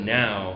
now